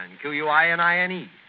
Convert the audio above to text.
Q-U-I-N-I-N-E